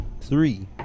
Three